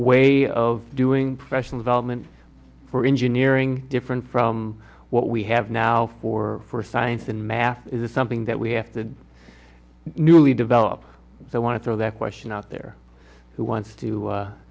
way of doing professional development or engineering different from what we have now for for science and math is something that we have to nearly develop so i want to throw that question out there who wants to